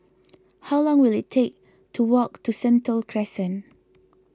how long will it take to walk to Sentul Crescent